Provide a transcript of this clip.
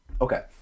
Okay